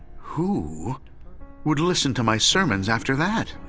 who would listen to my sermons after that?